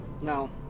No